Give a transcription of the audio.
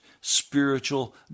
spiritual